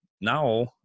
now